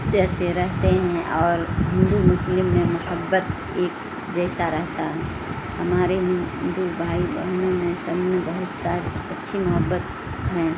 سے سے رہتے ہیں اور ہندو مسلم میں محبت ایک جیسا رہتا ہے ہمارے ہندو بھائی بہنوں میں سب میں بہت ساری اچھی محبت ہیں